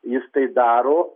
jis tai daro